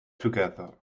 together